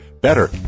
better